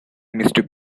mistook